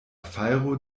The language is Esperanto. fajro